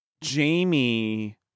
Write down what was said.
Jamie